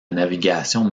navigation